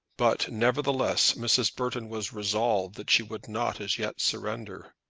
but, nevertheless, mrs. burton was resolved that she would not as yet surrender.